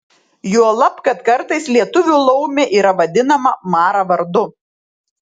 juolab kad kartais lietuvių laumė yra vadinama mara vardu